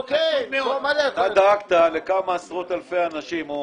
אתה דאגת לכמה עשרות אלפי אנשים.